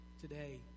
Today